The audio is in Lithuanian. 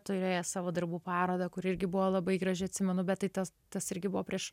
turėjęs savo darbų parodą kuri irgi buvo labai graži atsimenu bet tai tas tas irgi buvo prieš